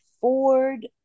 Ford